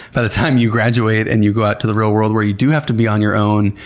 by the time you graduate and you go out to the real world where you do have to be on your own,